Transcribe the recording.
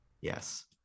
Yes